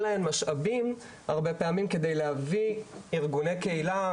להן הרבה פעמים משאבים על מנת להביא ארגוני קהילה,